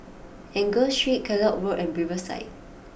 Angus Street Kellock Road and Riverside